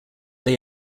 they